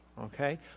Okay